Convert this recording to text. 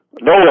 no